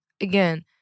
again